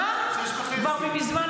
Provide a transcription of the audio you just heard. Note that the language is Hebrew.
כמה עולה